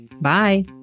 Bye